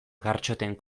gartxoten